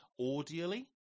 audially